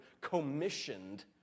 commissioned